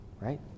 Right